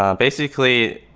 ah basically,